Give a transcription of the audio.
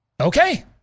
Okay